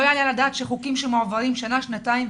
לא יעלה על הדעת שחוקים שמועברים לפני שנה ושנתיים,